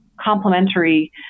complementary